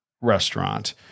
restaurant